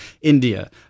India